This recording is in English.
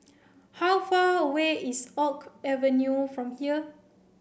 how far away is Oak Avenue from here